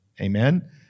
Amen